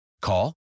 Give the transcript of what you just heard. Call